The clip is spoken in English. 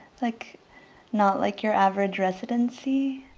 like not like your average residency.